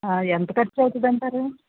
ఎంత ఖర్చు అవుతుంది అంటారు